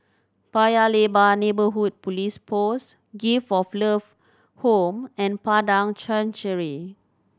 Paya Lebar Neighbourhood Police Post Gift of Love Home and Padang Chancery